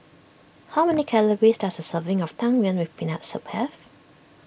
how many calories does a serving of Tang Yuen with Peanut Soup have